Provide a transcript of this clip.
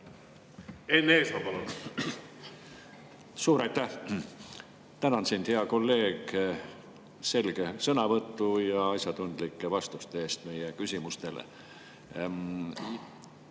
Enn Eesmaa, palun! Suur aitäh! Tänan sind, hea kolleeg, selge sõnavõtu ja asjatundlike vastuste eest meie küsimustele!